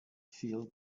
feel